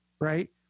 right